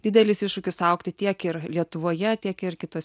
didelis iššūkis augti tiek ir lietuvoje tiek ir kitos